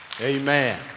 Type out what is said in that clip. Amen